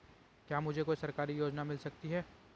क्या मुझे कोई सरकारी योजना मिल सकती है?